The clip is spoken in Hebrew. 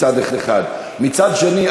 מצד שני,